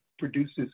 Produces